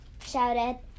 shouted